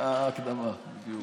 ההקדמה.